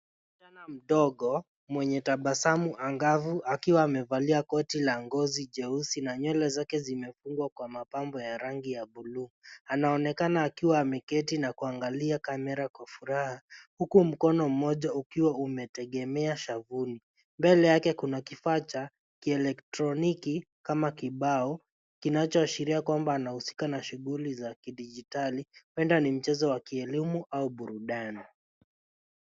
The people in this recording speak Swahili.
Msichana mdogo mwenye tabasamu angavu akiwa amevalia koti la ngozi jeusi na nywele zake zimefungwa kwa mapambo ya rangi ya buluu. Anaonekana akiwa ameketi na kuangalia kamera kwa furaha huku mkono mmoja ukiwa umetegemea shavuni. Mbele yake kuna kifaa cha kielektroniki kama kibao kinachoashiria kuwa ana shughuli ya kidijitali huenda ni mchezo ya kidijitali au kielimu.